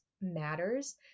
matters